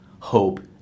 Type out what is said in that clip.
hope